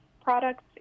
products